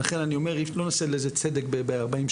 ולכן אני אומר לא נעשה לזה צדק ב- 40,